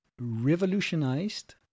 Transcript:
revolutionized